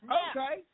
okay